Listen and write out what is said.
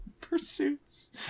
Pursuits